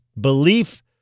belief